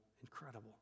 Incredible